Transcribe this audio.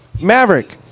maverick